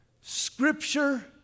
Scripture